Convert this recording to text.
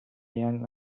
young